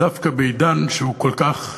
דווקא בעידן שהוא כל כך,